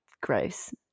gross